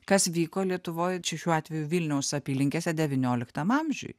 kas vyko lietuvoj čia šiuo atveju vilniaus apylinkėse devynioliktam amžiuj